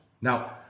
Now